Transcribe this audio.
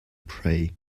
prey